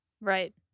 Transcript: Right